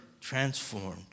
transformed